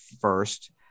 first